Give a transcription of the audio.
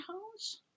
homes